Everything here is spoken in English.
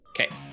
Okay